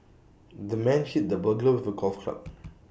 the man hit the burglar with the golf club